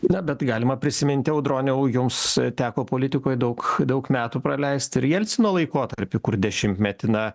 na bet galima prisiminti audroniau jums teko politikoj daug daug metų praleisti ir jelcino laikotarpį kur dešimtmetį na